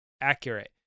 accurate